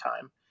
time